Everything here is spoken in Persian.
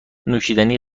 نوشیدنی